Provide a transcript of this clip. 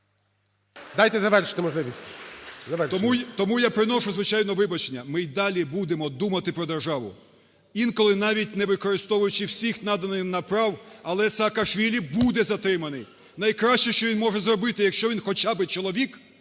Завершуйте. ЛУЦЕНКО Ю.В. Тому я приношу, звичайно, вибачення. Ми й далі будемо думати про державу, інколи навіть не використовуючи всіх наданих нам прав, але Саакашвілі буде затриманий. Найкраще, що він може зробити, якщо він хоча би чоловік,